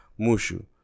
Mushu